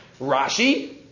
Rashi